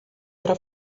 era